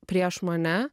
prieš mane